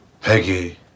Peggy